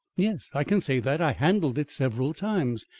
yes. i can say that. i handled it several times.